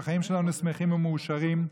והחיים שלנו שמחים ומאושרים.